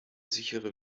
sichere